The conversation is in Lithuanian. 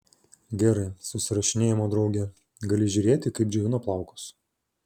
gerai susirašinėjimo drauge gali žiūrėti kaip džiovina plaukus